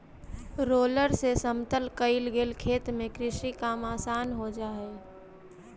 roller से समतल कईल गेल खेत में कृषि काम आसान हो जा हई